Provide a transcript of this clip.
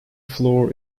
floor